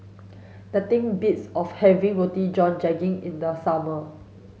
nothing beats of having Roti John Daging in the summer